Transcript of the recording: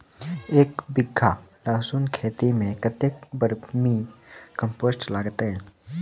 एक बीघा लहसून खेती मे कतेक बर्मी कम्पोस्ट लागतै?